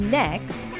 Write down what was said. next